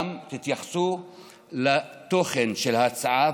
תתייחסו גם לתוכן של ההצעה,